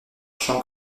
jean